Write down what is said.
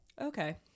Okay